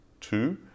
two